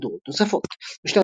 מהדורות נוספות בשנת